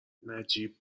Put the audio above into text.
نجیب